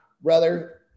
brother